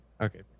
Okay